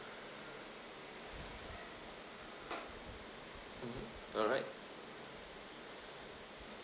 mmhmm alright